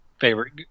favorite